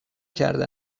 کرده